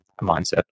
mindset